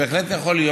בהחלט יכול להיות.